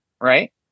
right